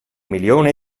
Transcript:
milione